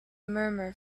murmur